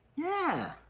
yeah,